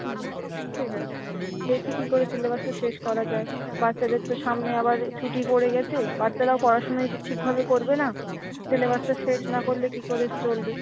হুম ঠিক আছে দেখি কী করে সিলেবাসটা শেষ করা যায় বাচ্চাদের তো সামনে আবার এ ছুটি পড়ে গেছে বাচ্চারাও পড়াশোনা একটু ঠিকভাবে করবে না সিলেবাসটা শেষ না করলে কী করে চলবে